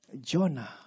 Jonah